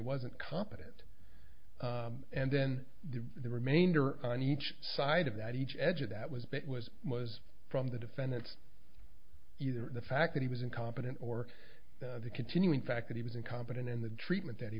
wasn't competent and then the remainder on each side of that each edge of that was but was was from the defendant either the fact that he was incompetent or the continuing fact that he was incompetent in the treatment that he